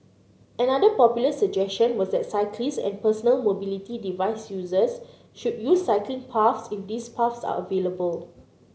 another popular suggestion was that cyclists and personal mobility device users should use cycling paths if these paths are available